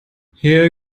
hier